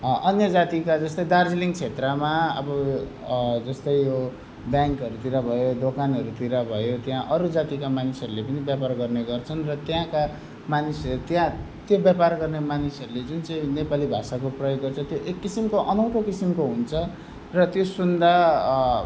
अन्य जातिका जस्तै दार्जिलिङ क्षेत्रमा अब जस्तै यो ब्याङ्कहरूतिर भयो दोकानहरूतिर भयो त्यहाँ अरू जातिका मानिसहरूले पनि व्यापार गर्ने गर्छन् र त्यहाँका मानिसहरू त्यहाँ त्यो व्यापार गर्ने मानिसहरूले जुन चाहिँ नेपाली भाषाको प्रयोग गर्छ त्यो एक किसिमको अनौठो किसिमको हुन्छ र त्यो सुन्दा